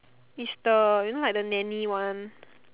is the you know like the nanny one